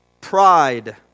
Pride